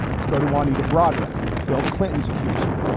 let's go to wanted to brodrick bill clinton's accuser.